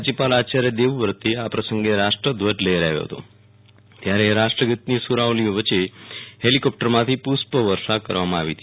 રાજયપાદ આચાર્ય દવવ્રત આ પ્રસંગે રાષ્ટધ્વજ લહેરાવ્યો ત્યારે રાષ્ટગોતની સુરાવલીઓ વચ્ચે હેલીકોપ્ટરમાંથી પુષ્પવષ કરવામાં આવી હતી